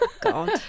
God